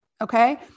Okay